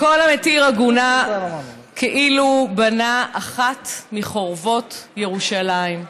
כל המתיר עגונה כאילו בנה אחת מחורבות ירושלים.